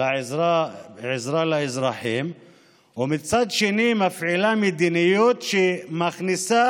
לעזרה לאזרחים ומצד שני מפעילה מדיניות שמכניסה